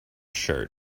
shirt